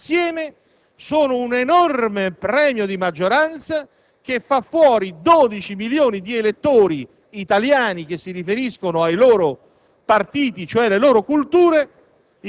sbarramento e premio di maggioranza insieme sono un enorme premio di maggioranza che fa fuori 12 milioni di elettori italiani che si riferiscono ai loro